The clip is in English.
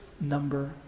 number